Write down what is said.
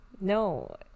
No